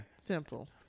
Simple